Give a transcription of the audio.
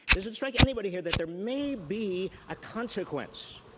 does it strike anybody here that there may be a consequence?